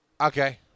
Okay